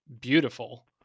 beautiful